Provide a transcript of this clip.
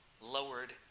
lowered